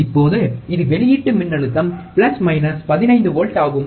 இப்போது இது வெளியீட்டு மின்னழுத்தம் பிளஸ் மைனஸ் 15 வோல்ட் ஆகும்